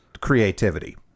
creativity